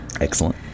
Excellent